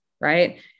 Right